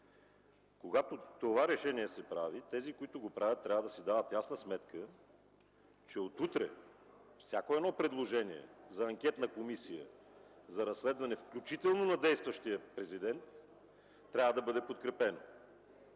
Когато това решение се прави – тези, които го правят, трябва да си дават ясна сметка, че от утре всяко едно предложение за анкетна комисия за разследване, включително и на действащия президент, трябва да бъде подкрепено.